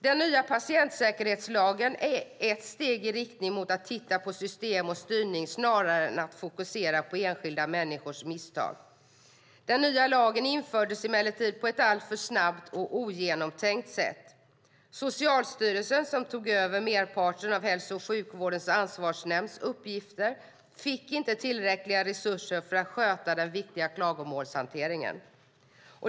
Den nya patientsäkerhetslagen är ett steg i riktning mot att titta på system och styrning snarare än att fokusera på enskilda människors misstag. Den nya lagen infördes emellertid på ett alltför snabbt och ogenomtänkt sätt. Socialstyrelsen, som tog över merparten av Hälso och sjukvårdens ansvarsnämnds uppgifter, fick inte tillräckliga resurser för att sköta den viktiga klagomålshanteringen.